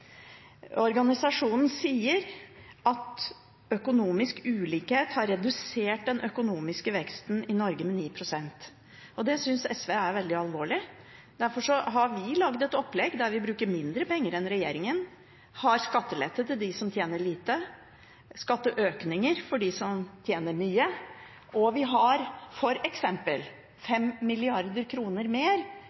Organisasjonen sier at økonomisk ulikhet har redusert den økonomiske veksten i Norge med 9 pst. Det synes SV er veldig alvorlig. Derfor har vi laget et opplegg der vi bruker mindre penger enn regjeringen, gir skattelette til dem som tjener lite, skatteøkninger til dem som tjener mye. Og vi har f.eks. 5 mrd. kr mer